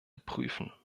prüfen